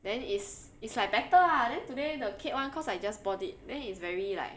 then is is like better ah then today the Kate [one] because I just bought it then it's very like